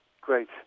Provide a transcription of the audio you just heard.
Great